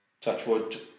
touchwood